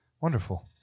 wonderful